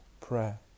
prayer